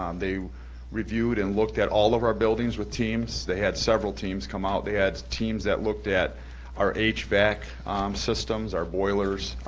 um they reviewed and looked at all of our buildings with teams. they had several teams come out. they had teams that looked at our hvac systems, our boilers.